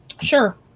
Sure